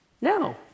No